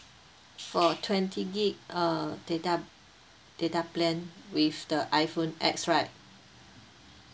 for twenty gig uh data data plan with the iphone X right